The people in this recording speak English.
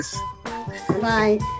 -bye